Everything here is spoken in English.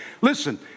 Listen